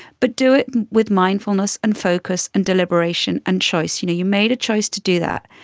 but do it with mindfulness and focus and deliberation and choice. you know, you made a choice to do that.